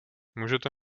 můžete